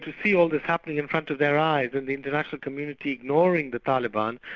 to see all this happening in front of their eyes and the international community ignoring the taliban,